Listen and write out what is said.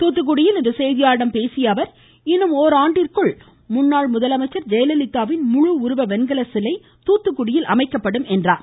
தூத்துக்குடியில் இன்று செய்தியாளர்களிடம் பேசிய அவர் இன்னும் ஒராண்டிற்குள் முன்னாள் முதலமைச்சர் ஜெயலலிதாவின் முழு உருவ வெண்கல சிலை இங்கு விரைவில் அமைக்கப்படும் என்றார்